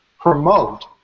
promote